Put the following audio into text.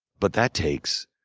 but that takes